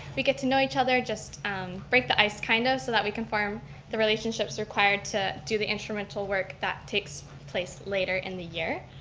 we get to know each other, just the break the ice, kind of, so that we can form the relationships required to do the instrumental work that takes place later in the year.